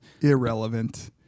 Irrelevant